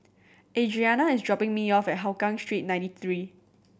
Adriana is dropping me off at Hougang Street Ninety Three